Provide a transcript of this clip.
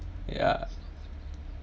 ya